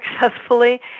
successfully